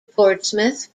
portsmouth